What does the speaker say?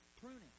pruning